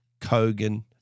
Kogan